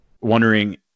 wondering